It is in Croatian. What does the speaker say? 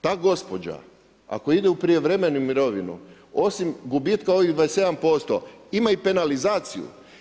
Ta gospođa, ako ide u prijevremenu mirovinu osim gubitka ovih 27% ima i penalizaciju.